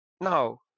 Now